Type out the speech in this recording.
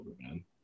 man